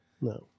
No